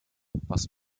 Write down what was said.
was